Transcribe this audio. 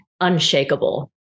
unshakable